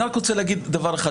אני רוצה להגיד דבר אחד.